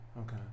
Okay